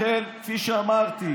לכן, כפי שאמרתי,